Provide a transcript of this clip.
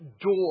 door